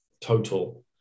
total